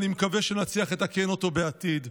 אני מקווה שנצליח לתקן אותו בעתיד.